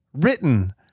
written